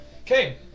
Okay